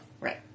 Right